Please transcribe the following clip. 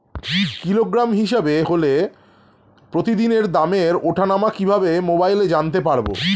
Kilogram হিসাবে হলে প্রতিদিনের দামের ওঠানামা কিভাবে মোবাইলে জানতে পারবো?